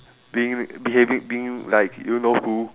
being behaving being like you know who